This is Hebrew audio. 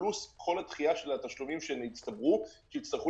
פלוס כל הדחייה של התשלומים שהצטברו שיצטרכו